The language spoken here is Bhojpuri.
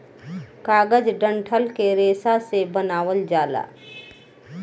कागज डंठल के रेशा से बनावल जाला